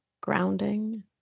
grounding